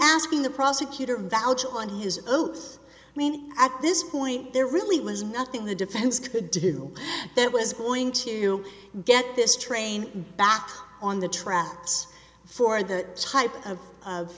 asking the prosecutor valjean on his oath i mean at this point there really was nothing the defense could do that was going to get this train back on the tracks for the type of of